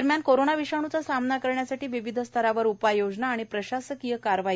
दरम्यान कोरोना विषाणूचा सामना करण्यासाठी विविध स्तरावर उपाययोजना आणि प्रशासकीय कारवाईस्द्धा स्रु आहे